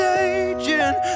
aging